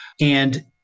And-